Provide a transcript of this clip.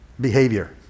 behavior